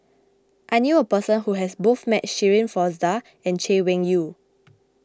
I knew a person who has met both Shirin Fozdar and Chay Weng Yew